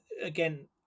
again